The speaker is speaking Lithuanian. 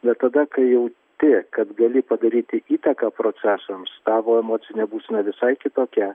bet tada kai jauti kad gali padaryti įtaką procesams tavo emocinė būsena visai kitokia